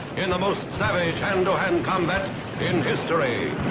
in the most savage hand-to-hand combat in history